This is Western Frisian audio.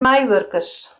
meiwurkers